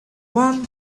one